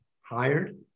hired